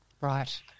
Right